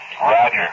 Roger